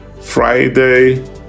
Friday